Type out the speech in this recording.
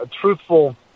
truthful